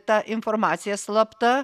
ta informacija slapta